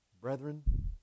Brethren